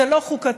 זה לא חוקתי,